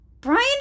Brian